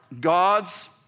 God's